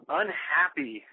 unhappy